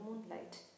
moonlight